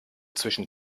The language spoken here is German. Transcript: zwischen